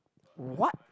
what